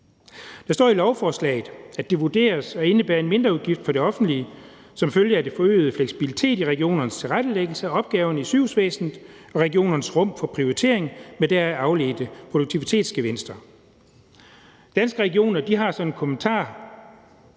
Der står i lovforslaget, at det vurderes at indebære en mindreudgift for det offentlige som følge af den forøgede fleksibilitet i regionernes tilrettelæggelse af opgaverne i sygehusvæsenet og regionernes rum for prioritering med deraf afledte produktivitetsgevinster. Danske Regioner har som kommentar